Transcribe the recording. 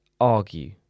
argue